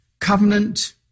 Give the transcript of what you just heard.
Covenant